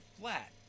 flat